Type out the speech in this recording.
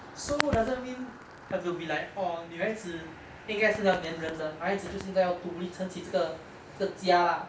so doesn't mean you have to be like orh 女孩子应该是要粘人的男孩子就是应该要独立撑起这个家 lah